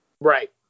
Right